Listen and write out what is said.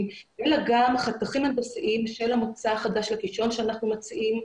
אלא גם חתכים של המוצא החדש לקישון שאנחנו מציעים.